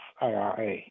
IRA